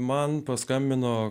man paskambino